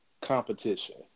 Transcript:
competition